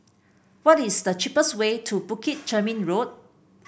what is the cheapest way to Bukit Chermin Road